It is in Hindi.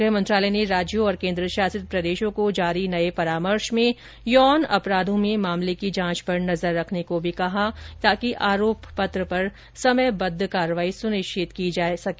गृह मंत्रालय ने राज्यों और केन्द्र शासित प्रदेशों को जारी नए परामर्श में यौन अपराधों में मामले की जांच पर नजर रखने को भी कहा है ताकि आरोप पत्र पर समयबद्ध कार्रवाई सुनिश्चित की जा सके